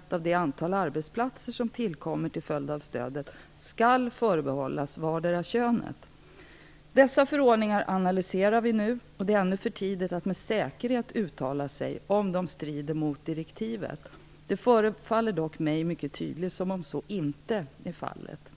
% av det antal arbetsplatser som tillkommer till följd av stödet skall förbehållas vartdera könet. Dessa förordningar analyseras för närvarande inom regeringskansliet, och det är ännu för tidigt att med säkerhet uttala sig om huruvida de strider mot direktivet eller ej. Det förefaller dock som om så inte är fallet.